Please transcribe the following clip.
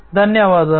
ధన్యవాదాలు